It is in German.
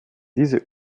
diese